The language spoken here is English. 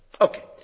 Okay